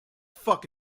fuck